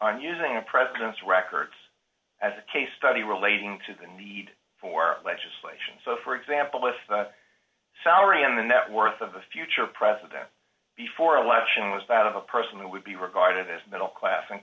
on using a president's records as a case study relating to the need for legislation so for example if the salary on the net worth of a future president before election was that of a person that would be regarded as middle class